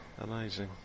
Amazing